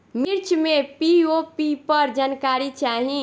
मिर्च मे पी.ओ.पी पर जानकारी चाही?